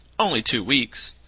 only two weeks.